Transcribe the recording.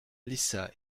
lisa